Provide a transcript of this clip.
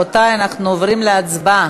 רבותי, אנחנו עוברים להצבעה.